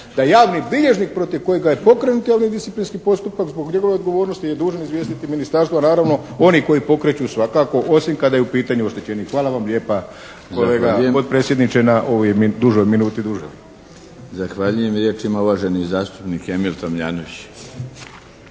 da javni bilježnik protiv kojega je pokrenut ovaj disciplinski postupak zbog njegove odgovornosti je dužan izvijestiti ministarstvo, naravno oni koji pokreću svakako osim kada je u pitanju oštećenik. Hvala vam lijepa kolege potpredsjedniče na ovim duže, minuti duže. **Milinović, Darko (HDZ)** Zahvaljujem. Riječ ima uvaženi zastupnik Emil Tomljanović.